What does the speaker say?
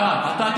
אתה, אתה תקבע.